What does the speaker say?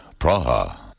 Praha